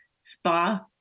spa